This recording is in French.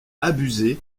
abusé